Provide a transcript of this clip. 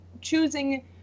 choosing